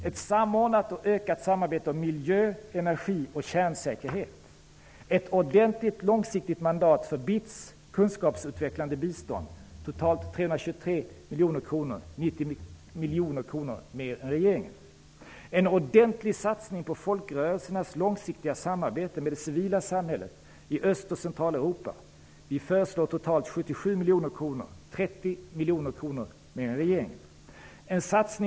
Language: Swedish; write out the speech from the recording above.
Ett samordnat och ökat samarbete om miljö, energi och kärnsäkerhet. -- Ett ordentligt, långsiktigt mandat för BITS, kunskapsutvecklande bistånd. Totalt 323 miljoner kronor. Det är 90 miljoner kronor mer än regeringen föreslår. -- En ordentlig satsning på folkrörelsernas långsiktiga samarbete med det civila samhället i Öst och Centraleuropa. Vi föreslår totalt 77 miljoner kronor. Det är 30 miljoner kronor mer än regeringens förslag.